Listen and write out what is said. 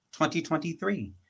2023